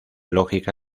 lógica